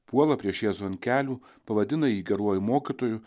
puola prieš jėzų ant kelių pavadina jį geruoju mokytoju